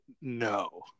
no